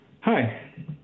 Hi